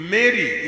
Mary